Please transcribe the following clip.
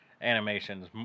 animations